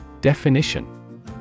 Definition